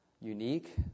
unique